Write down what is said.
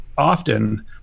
often